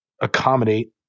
accommodate